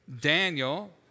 Daniel